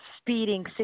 speeding